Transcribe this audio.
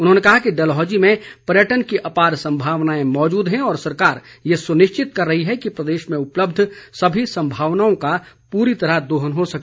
उन्होंने कहा कि डलहौजी में पर्यटन की अपार संभावनाएं मौजूद हैं और सरकार ये सुनिश्चित कर रही है कि प्रदेश में उपलब्ध सभी संभावनाओं का पूरी तरह दोहन हो सके